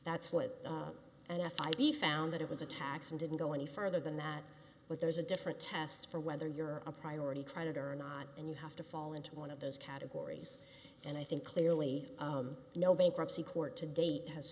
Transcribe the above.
that's what n f i b found that it was a tax and didn't go any further than that but there's a different test for whether you're a priority creditor or not and you have to fall into one of those categories and i think clearly no bankruptcy court to date has